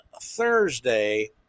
Thursday